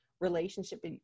relationship